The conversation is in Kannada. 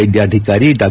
ವೈದ್ಯಾಧಿಕಾರಿ ಡಾ